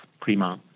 Prima